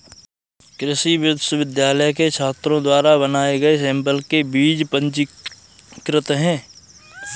कृषि विश्वविद्यालय के छात्रों द्वारा बनाए गए सैंपल के बीज पंजीकृत हैं